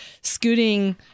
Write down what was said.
scooting